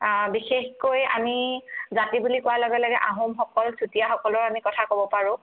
বিশেষকৈ আমি জাতি বুলি কোৱাৰ লগে লগে আহোমসকল চুতিয়াসকলৰ কথা ক'ব পাৰোঁ